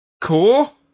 cool